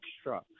extra